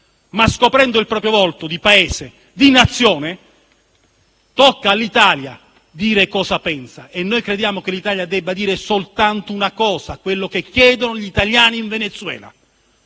ma scoprendo il proprio volto di Paese e di Nazione - dire cosa pensa. Noi crediamo che l'Italia debba dire soltanto una cosa: quello che chiedono gli italiani in Venezuela,